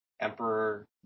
emperor